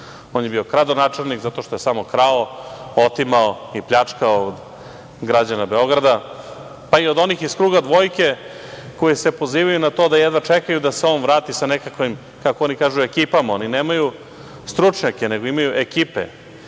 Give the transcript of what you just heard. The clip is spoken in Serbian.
On je bio kradonačelnik zato što je samo krao, otimao i pljačkao građane Beograda, pa i od onih iz kruga dvojke koji se pozivaju na to da jedva čekaju da se on vrati sa nekakvim, kako oni kažu ekipama, oni nemaju stručnjake nego imaju ekipe,